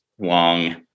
long